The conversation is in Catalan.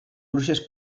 bruixes